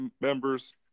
members